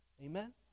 Amen